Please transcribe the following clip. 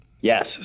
Yes